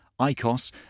ICOS